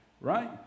right